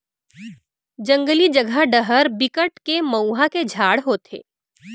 जंगली जघा डहर बिकट के मउहा के झाड़ होथे